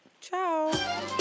Ciao